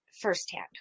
firsthand